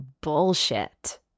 Bullshit